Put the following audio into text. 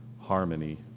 harmony